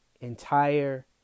entire